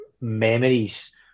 memories